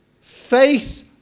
Faith